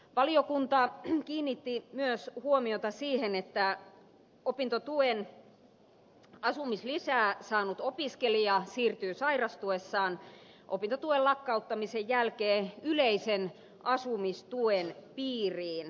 valiokunta kiinnitti myös huomiota siihen että opintotuen asumislisää saanut opiskelija siirtyy sairastuessaan ja opintotuen lakkauttamisen jälkeen yleisen asumistuen piiriin